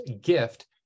gift